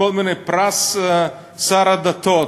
לכל מיני: פרס שר הדתות,